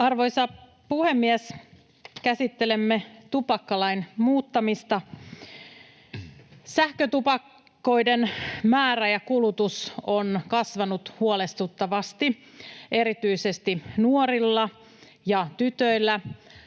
Arvoisa puhemies! Käsittelemme tupakkalain muuttamista. Sähkötupakoiden määrä ja kulutus on kasvanut huolestuttavasti erityisesti nuorilla ja tytöillä,